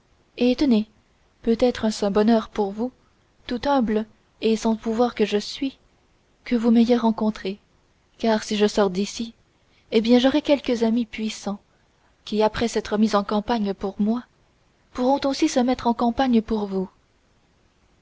et tenez peut-être est-ce un bonheur pour vous tout humble et sans pouvoir que je suis que vous m'ayez rencontrée car si je sors d'ici eh bien j'aurai quelques amis puissants qui après s'être mis en campagne pour moi pourront aussi se mettre en campagne pour vous